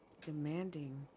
demanding